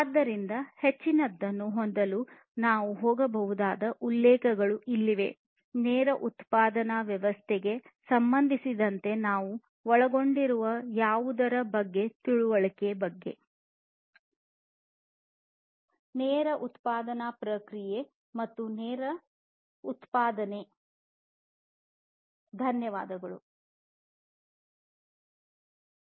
ಆದ್ದರಿಂದ ನೇರ ಉತ್ಪಾದನಾ ವ್ಯವಸ್ಥೆಗೆ ಸಂಬಂಧಿಸಿದಂತೆ ನೇರ ಉತ್ಪಾದನಾ ಪ್ರಕ್ರಿಯೆ ಮತ್ತು ನೇರ ಉತ್ಪಾದನೆ ಬಗ್ಗೆ ಹೆಚ್ಚಿನದನ್ನು ನೀವು ಓದಬಹುದಾದ ಉಲ್ಲೇಖಗಳು ಇಲ್ಲಿವೆ